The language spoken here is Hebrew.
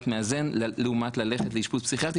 מאזן לעומת ללכת לבית חולים פסיכיאטרי,